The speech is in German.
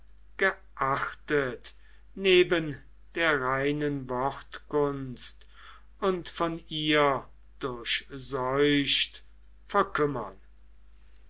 geachtet neben der reinen wortkunst und von ihr durchseucht verkümmern